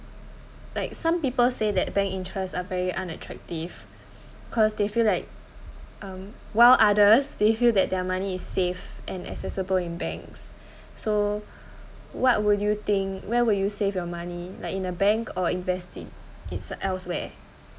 like some people say that bank interest are very unattractive cause they feel like um while others they feel that their money is safe and accessible in banks so what would you think where would you save your money like in a bank or invest it it's elsewhere